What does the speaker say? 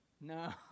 No